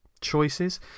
choices